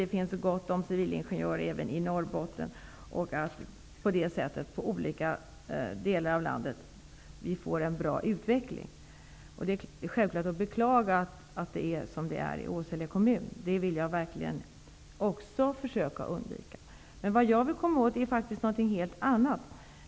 Det finns gott om civilingenjörer även i Norrbotten. På det sättet får vi ju en bra utveckling i olika delar av landet. Självfallet är det att beklaga att det är som det är i Åsele kommun. Det är en situation som också jag verkligen eftersträvar att undvika. Men vad jag vill komma åt är faktiskt något helt annat.